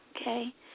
okay